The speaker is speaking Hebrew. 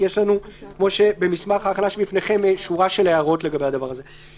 יש לנו שורה של הערות כפי שהן מופיעות במסמך ההכנה שבפניכם.